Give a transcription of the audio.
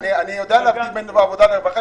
אני יודע להבדיל בין זרוע עבודה לרווחה,